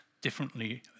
differently